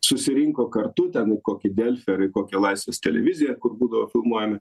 susirinko kartu ten į kokį delfi ar į kokią laisvės televiziją kur būdavo filmuojami